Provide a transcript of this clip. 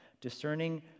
discerning